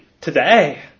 today